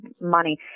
money